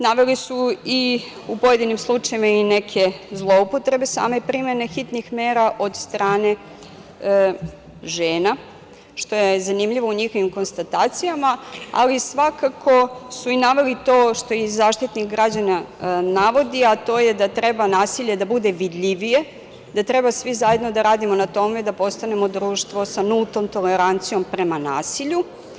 Naveli su u pojedinim slučajevima i neke zloupotrebe same primene hitnih mera od strane žena, što je zanimljivo u njihovim konstatacijama, ali svakako su i naveli to što i Zaštitnik građana navodi, a to je da treba nasilje da bude vidljivije, da treba svi zajedno da radimo na tome da postanemo društvo sa nultom tolerancijom prema nasilju.